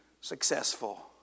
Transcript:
successful